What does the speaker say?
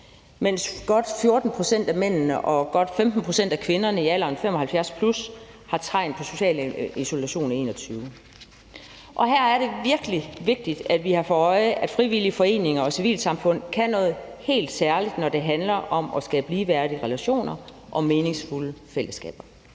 mens godt 14 pct. af mændene og godt 15 pct. af kvinderne i alderen 75+ har tegn på social isolation i 2021. Her er det virkelig vigtigt, at vi har for øje, at frivillige foreninger og civilsamfund kan noget helt særligt, når det handler om at skabe ligeværdige relationer og meningsfulde fællesskaber.